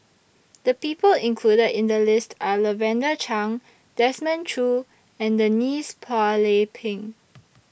The People included in The list Are Lavender Chang Desmond Choo and Denise Phua Lay Peng